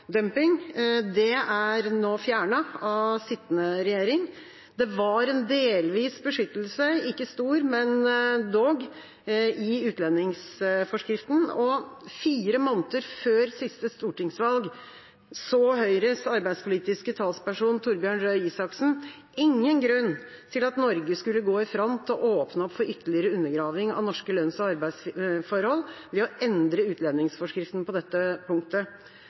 Det er nå fjernet av den sittende regjering. Det var en delvis beskyttelse – ikke stor, men dog – i utlendingsforskriften, og fire måneder før siste stortingsvalg så Høyres arbeidspolitiske talsperson den gang, Torbjørn Røe Isaksen, ingen grunn til at Norge skulle gå i front og åpne opp for ytterligere undergraving av norske lønns- og arbeidsforhold ved å endre utlendingsforskriften på dette punktet.